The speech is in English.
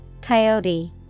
Coyote